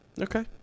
Okay